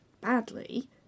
badly